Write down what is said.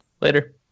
later